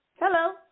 Hello